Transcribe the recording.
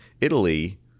Italy